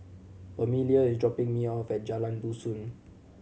Permelia is dropping me off at Jalan Dusun